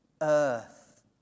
earth